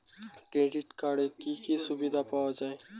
Credit কার্ডের কি কি সুবিধা পাওয়া যায়?